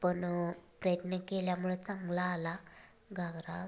पण प्रयत्न केल्यामुळं चांगला आला घागरा